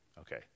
Okay